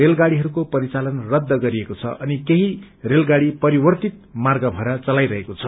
रेलगाड़ीहरूको परिचालन रद्ध गरिएको छ अनि केही रेलगाड़ी परिवर्तित मार्ग भएर चलाईरहेको छ